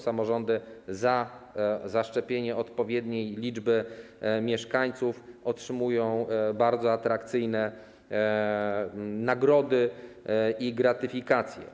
Samorządy za zaszczepienie odpowiedniej liczby mieszkańców otrzymują bardzo atrakcyjne nagrody i gratyfikacje.